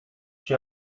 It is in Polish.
czy